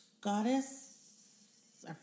Goddess